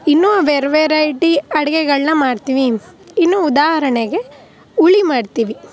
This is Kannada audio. ಇನ್ನೂ ವೆರ್ ವೆರೈಟಿ ಅಡುಗೆಗಳ್ನ ಮಾಡ್ತೀನಿ ಇನ್ನೂ ಉದಾಹರಣೆಗೆ ಹುಳಿ ಮಾಡ್ತೀವಿ